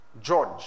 George